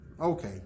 Okay